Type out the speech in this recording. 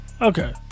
Okay